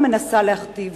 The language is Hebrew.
או מנסה להכתיב,